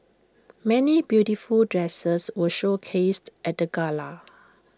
many beautiful dresses were showcased at the gala